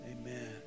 Amen